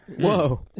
Whoa